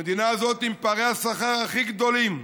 המדינה הזאת עם פערי השכר הכי גדולים.